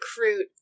recruit